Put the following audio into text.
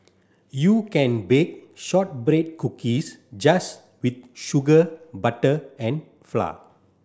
you can bake shortbread cookies just with sugar butter and flour